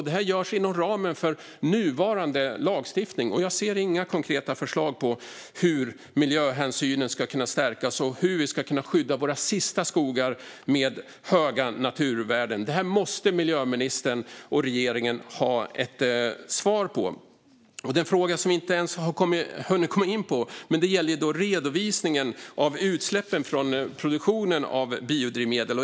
Det görs inom ramen för nuvarande lagstiftning, och jag ser inga konkreta förslag på hur miljöhänsynen ska kunna stärkas och hur vi ska kunna skydda våra sista skogar med höga naturvärden. Detta måste miljöministern och regeringen ha ett svar på. En fråga som jag inte ens har hunnit komma in på gäller redovisningen av utsläppen från produktionen av biodrivmedel.